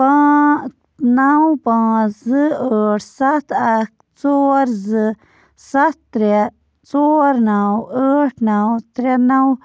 پانٛژ نو پانٛژ زٕ ٲٹھ ستھ اَکھ ژور زٕ ستھ ترٛےٚ ژور نو ٲٹھ نو ترٛےٚ نو